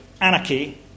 anarchy